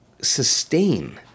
sustain